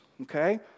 Okay